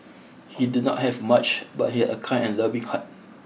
he did not have much but he had a kind and loving heart